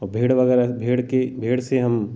औ भेड़ वगैरह भेड़ की भेड़ से हम